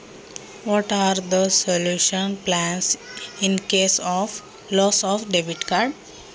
Debit card हरवल्यास काय उपाय योजना आहेत?